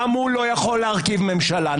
גם הוא לא יכול להרכיב ממשלה,